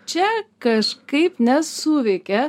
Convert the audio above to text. čia kažkaip nesuveikia